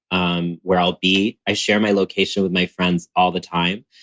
um where i'll be. i share my location with my friends all the time.